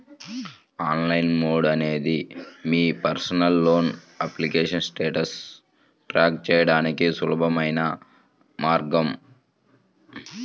online mode అనేది మీ personal loan application స్టేటస్ను ట్రాక్ చేయడానికి సులభమైన మార్గం